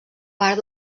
part